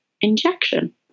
injection